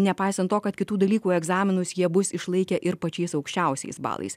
nepaisant to kad kitų dalykų egzaminus jie bus išlaikę ir pačiais aukščiausiais balais